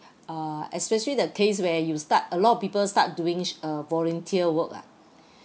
uh especially the case where you start a lot of people start doing uh volunteer work lah